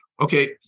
Okay